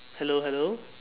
hello hello